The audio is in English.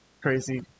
crazy